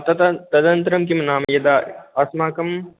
तत् तदनन्तरं किं नाम यदा अस्माकं